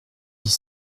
dix